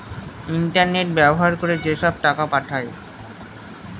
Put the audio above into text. internet ব্যবহার করে যেসব টাকা পাঠায়